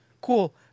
Cool